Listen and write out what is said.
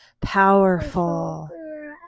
powerful